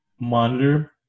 monitor